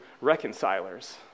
reconcilers